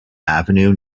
avenue